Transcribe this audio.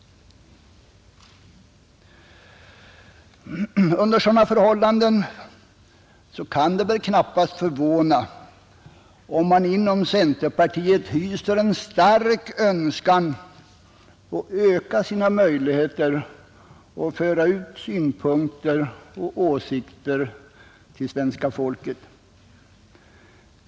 Under sådana förhållanden är det väl knappast ägnat att förvåna om man inom centerpartiet hyser en stark önskan att öka sina möjligheter att föra ut synpunkter och åsikter till svenska folket.